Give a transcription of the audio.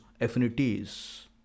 affinities